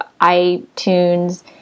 iTunes